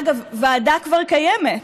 אגב, ועדה כבר קיימת,